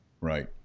Right